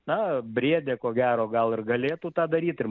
na briedė ko gero gal ir galėtų tą daryt ir